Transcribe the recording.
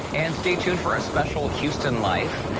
and stay tuned for a special houston life,